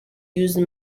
used